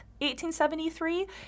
1873